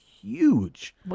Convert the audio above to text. huge